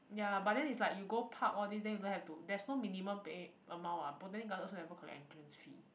ya but then is like you go park all this then you don't have to there's no minimum pay amount what botanic garden also never collect entrance fee